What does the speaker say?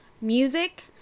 music